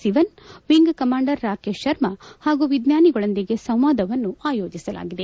Sivan wing commander Rakesh Sharma ಹಾಗೂ ವಿಜ್ಞಾನಿಗಳೊಂದಿಗೆ ಸಂವಾದವನ್ನು ಆಯೋಜಿಸಲಾಗಿದೆ